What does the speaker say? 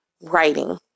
writing